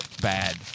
bad